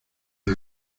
una